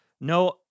No